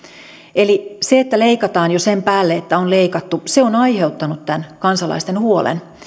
eli se että leikataan jo sen päälle että on leikattu on aiheuttanut tämän kansalaisten huolen